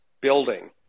building